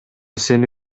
сени